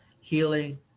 healing